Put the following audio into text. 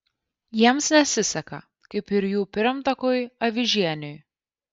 jiems nesiseka kaip ir jų pirmtakui avižieniui